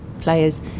players